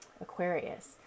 Aquarius